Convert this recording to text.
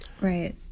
right